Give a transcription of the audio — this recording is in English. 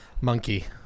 Monkey